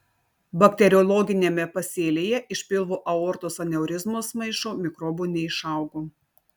bakteriologiniame pasėlyje iš pilvo aortos aneurizmos maišo mikrobų neišaugo